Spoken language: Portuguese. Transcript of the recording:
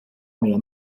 meia